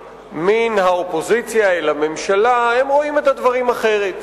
מן האופוזיציה אל הממשלה הם רואים את הדברים אחרת.